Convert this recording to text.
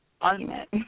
argument